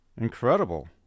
Incredible